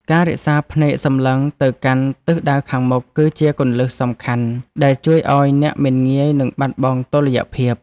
ការរក្សាភ្នែកសម្លឹងទៅកាន់ទិសដៅខាងមុខ គឺជាគន្លឹះសំខាន់ដែលជួយឱ្យអ្នកមិនងាយនឹងបាត់បង់តុល្យភាព។